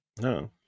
no